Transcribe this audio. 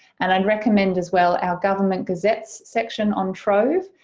and i recommend as well our government gazettes section on trove.